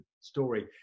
story